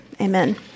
amen